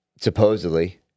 Supposedly